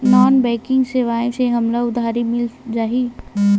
Non banking सेवाएं से हमला उधारी मिल जाहि?